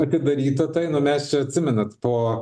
atidaryta tai nu mes čia atsimenat po